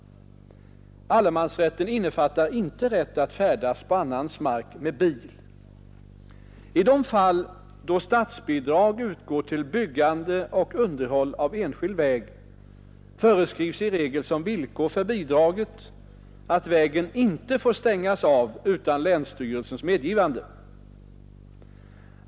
Allemansrätten innefattar inte rätt att färdas på annans mark med bil. I de fall då statsbidrag utgår till byggande och underhåll av enskild väg föreskrivs i regel som villkor för bidraget att vägen inte får stängas av utan länsstyrelsens medgivande.